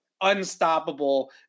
unstoppable